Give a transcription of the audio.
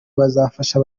bazafasha